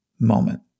moment